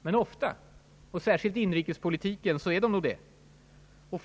Men ofta, och särskilt i inrikespolitiken, kan de säkert vara det.